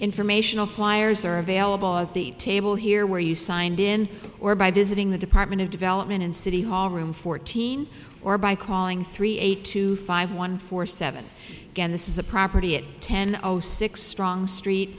informational flyers are available at the table here where you signed in or by visiting the department of development and city hall room fourteen or by calling three eight two five one four seven again this is a property at ten o six strong street